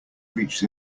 reached